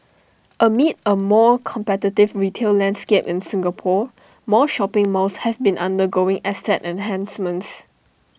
amid A more competitive retail landscape in Singapore more shopping malls have been undergoing asset enhancements